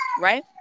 Right